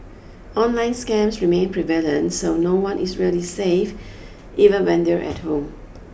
online scams remain prevalent so no one is really safe even when they're at home